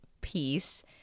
peace